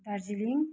Darjeeling